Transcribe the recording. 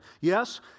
Yes